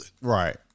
Right